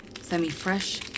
semi-fresh